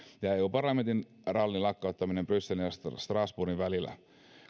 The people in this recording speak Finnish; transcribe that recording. ja eu parlamentin rallin lakkauttaminen brysselin ja strasbourgin välillä